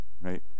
right